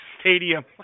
Stadium